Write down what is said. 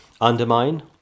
undermine